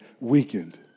weakened